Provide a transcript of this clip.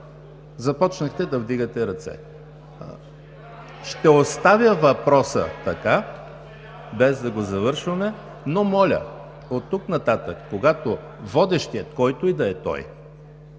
от „БСП за България“.) Ще оставя въпроса така, без да го завършваме, но моля оттук нататък, когато водещият, който и да е той,